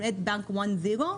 למעט בנק one zero.